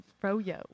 Fro-Yo